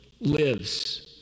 lives